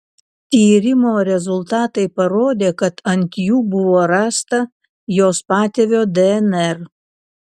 tyrimo rezultatai parodė kad ant jų buvo rasta jos patėvio dnr